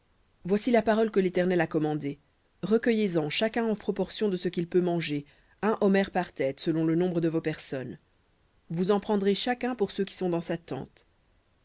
voici la parole que l'éternel a commandée recueillez en chacun en proportion de ce qu'il peut manger un omer par tête selon le nombre de vos personnes vous en prendrez chacun pour ceux qui sont dans sa tente